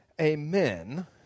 amen